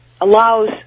allows